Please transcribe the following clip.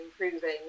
improving